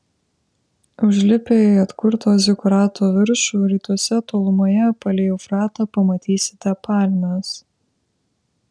užlipę į atkurto zikurato viršų rytuose tolumoje palei eufratą pamatysite palmes